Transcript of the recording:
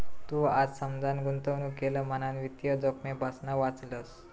तू आता समजान गुंतवणूक केलं म्हणान वित्तीय जोखमेपासना वाचलंस